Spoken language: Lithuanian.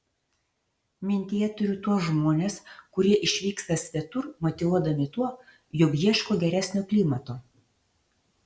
mintyje turiu tuos žmones kurie išvyksta svetur motyvuodami tuo jog ieško geresnio klimato